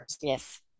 yes